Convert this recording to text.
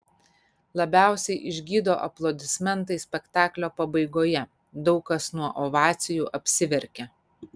labiausiai išgydo aplodismentai spektaklio pabaigoje daug kas nuo ovacijų apsiverkia